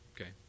okay